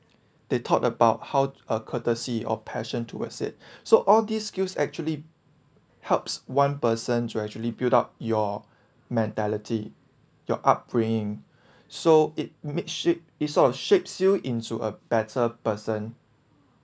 they taught about how a courtesy of passion towards it so all these skills actually helps one person to actually build up your mentality your upbringing so it made sh~ it sort of shapes you into a better person